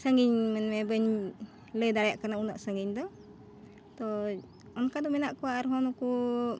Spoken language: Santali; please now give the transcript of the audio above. ᱥᱟᱺᱜᱤᱧ ᱢᱟᱱᱮ ᱵᱟᱹᱧ ᱞᱟᱹᱭ ᱫᱟᱲᱮᱭᱟᱜ ᱠᱟᱱᱟ ᱩᱱᱟᱹᱜ ᱥᱟᱺᱜᱤᱧ ᱫᱚ ᱛᱚ ᱚᱱᱠᱟ ᱫᱚ ᱢᱮᱱᱟᱜ ᱠᱚᱣᱟ ᱟᱨᱦᱚᱸ ᱱᱩᱠᱩ